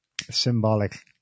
symbolic